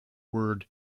word